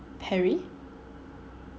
Perry